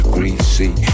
Greasy